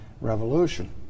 revolution